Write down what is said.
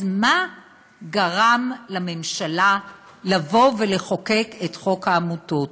אז מה גרם לממשלה לחוקק את חוק העמותות?